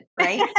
Right